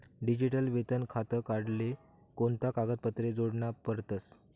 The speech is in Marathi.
डिजीटल वेतन खातं काढाले कोणता कागदपत्रे जोडना पडतसं?